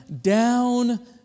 down